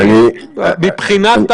בחלוקה,